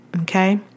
Okay